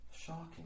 shocking